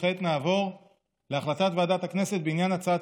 כעת נעבור להחלטת ועדת הכנסת בעניין הצעת